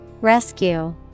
Rescue